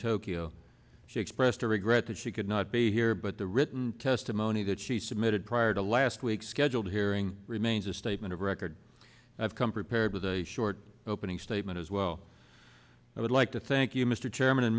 tokyo she expressed her regret that she could not be here but the written testimony that she submitted prior to last week's scheduled hearing remains a statement of record i've come prepared with a short opening statement as well i would like to thank you m